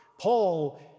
Paul